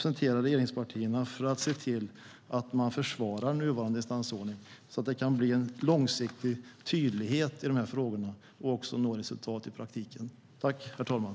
Jag hoppas att ni gör allt ni kan för att se till att man försvarar nuvarande instansordning, så att det kan bli en långsiktig tydlighet i de här frågorna, och att man också når resultat i praktiken.